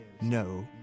no